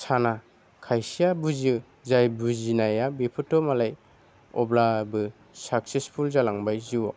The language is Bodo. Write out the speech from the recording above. साना खायसेआ बुजियो जाय बुजिनाया बेफोरथ' मालाय अब्लाबो साक्सेसफुल जालांबाय जिउआव